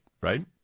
right